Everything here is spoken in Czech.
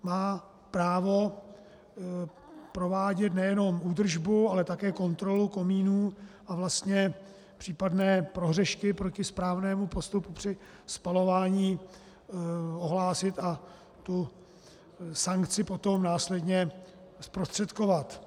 Má právo provádět nejenom údržbu, ale také kontrolu komínů a vlastně případné prohřešky proti správnému postupu při spalování ohlásit a tu sankci potom následně zprostředkovat.